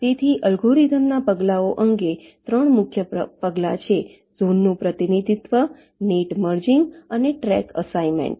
તેથી અલ્ગોરિધમના પગલાઓ અંગે 3 મુખ્ય પગલાં છે ઝોનનું પ્રતિનિધિત્વ નેટ મર્જિંગ અને ટ્રેક અસાઇનમેન્ટ